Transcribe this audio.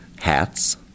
hats